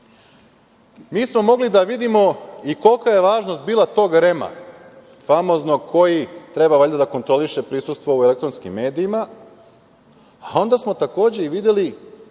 smo mogli da vidimo i kolika je važnost bila i tog REM-a, famoznog, koji treba valjda da kontroliše prisustvo u elektronskim medijima, a onda smo takođe videli